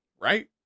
right